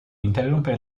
interrompere